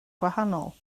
gwahanol